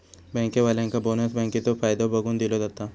बँकेवाल्यांका बोनस बँकेचो फायदो बघून दिलो जाता